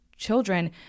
children